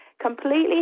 completely